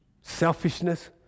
Selfishness